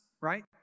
right